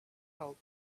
help